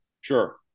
sure